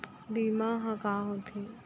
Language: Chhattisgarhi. बीमा ह का होथे?